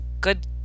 good